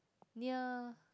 near